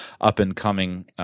up-and-coming